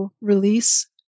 release